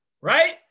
Right